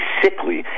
sickly